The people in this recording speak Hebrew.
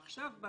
עכשיו,